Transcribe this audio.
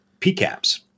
PCAPs